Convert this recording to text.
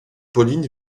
pauline